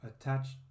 attached